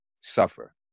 suffer